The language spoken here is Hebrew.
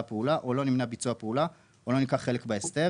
הפעולה או לא נמנע ביצוע הפעולה או לא נלקח חלק בהסדר,